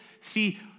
See